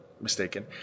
mistaken